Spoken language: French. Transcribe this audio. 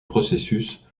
processus